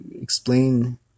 explain